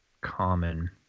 common